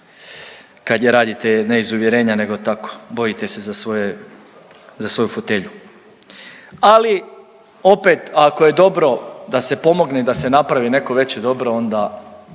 kad je radite ne iz uvjerenja nego tako bojite se za svoje, za svoju fotelju, ali opet ako je dobro da se pomogne, da se napravi neko veće dobro onda